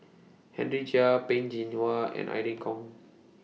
Henry Chia Peh Chin Hua and Irene Khong